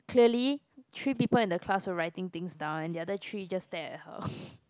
clearly three people in the class were writing things down and the other three just stare at her